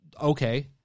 okay